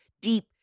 deep